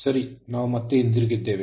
ಸರಿ ನಾವು ಮತ್ತೆ ಹಿಂತಿರುಗಿದ್ದೇವೆ